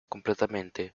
completamente